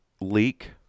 leak